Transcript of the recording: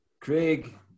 Craig